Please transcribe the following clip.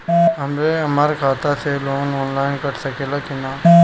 हमरा खाता से लोन ऑनलाइन कट सकले कि न?